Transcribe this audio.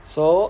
so